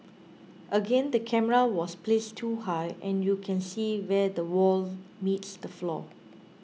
again the camera was placed too high and you can see where the wall meets the floor